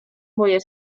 moje